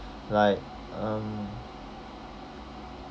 like um